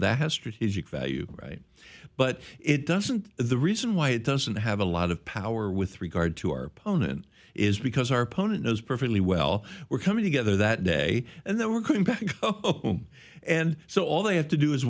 that has strategic value right but it doesn't the reason why it doesn't have a lot of power with regard to our opponent is because our opponent knows perfectly well we're coming together that day and there were couldn't back home and so all they have to do is